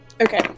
okay